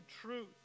truth